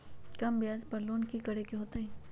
कम ब्याज पर लोन की करे के होतई?